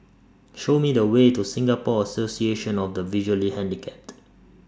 Show Me The Way to Singapore Association of The Visually Handicapped